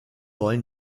wollen